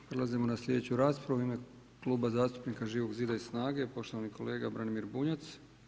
Prelazimo na slijedeću raspravu, u ime Kluba zastupnika Živog zid i SNAGA-e, poštovani kolega Branimir Bunjac.